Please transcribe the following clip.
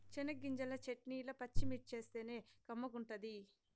చెనగ్గింజల చెట్నీల పచ్చిమిర్చేస్తేనే కమ్మగుంటది